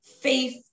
faith